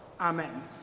Amen